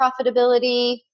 profitability